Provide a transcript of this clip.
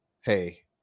Hey